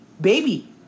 baby